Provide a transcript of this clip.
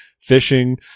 fishing